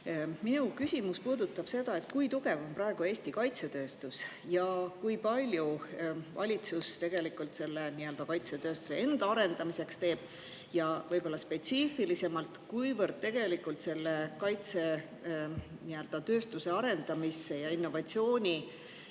Minu küsimus puudutab seda, et kui tugev on praegu Eesti kaitsetööstus ja kui palju valitsus selle arendamiseks teeb. Ja võib-olla spetsiifilisemalt: kui palju tegelikult on meie kaitsetööstuse arendamisse ja innovatsiooni